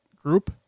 group